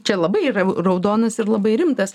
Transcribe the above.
čia labai yra raudonas ir labai rimtas